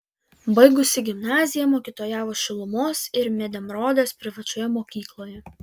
baigusi gimnaziją mokytojavo šiluvos ir medemrodės privačioje mokykloje